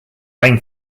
rain